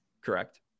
Correct